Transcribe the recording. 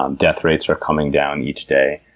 um death rates are coming down each day.